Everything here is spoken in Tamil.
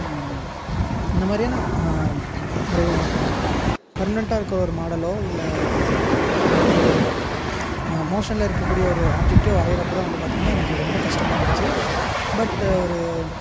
இந்தமாதிரியான ஒரு பர்மனென்ட்டாக இருக்கிற ஒரு மாடலோ இல்லை ஒரு மோஷனில் இருக்கக்கூடிய ஒரு ஆப்ஜெக்ட்டையோ வரைகிறப்போ தான் வந்து பார்த்திங்கன்னா எனக்கு ரொம்ப கஷ்டமா இருந்துச்சு பட்டு ஒரு